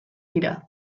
dira